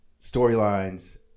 storylines